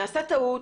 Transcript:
נעשתה טעות,